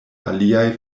aliaj